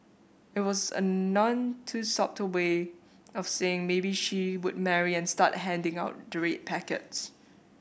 it was a none too subtle way of saying maybe she would marry and start handing out the red packets